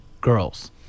girls